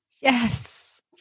Yes